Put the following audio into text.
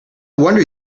wonder